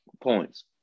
points